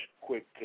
quick